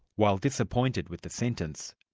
while disappointed with the sentence,